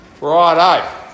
Righto